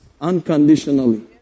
unconditionally